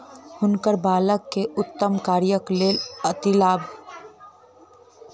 हुनकर बालक के उत्तम कार्यक लेल अधिलाभ से सम्मानित कयल गेल